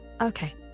Okay